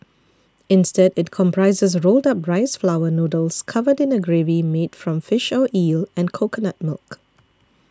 instead it comprises rolled up rice flour noodles covered in a gravy made from fish or eel and coconut milk